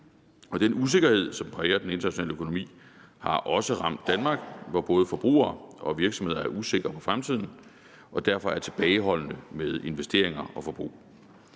den usikkerhed, som præger den internationale økonomi, har også ramt Danmark, hvor både forbrugere og virksomheder er usikre på fremtiden og derfor er tilbageholdende med investeringer og forbrug.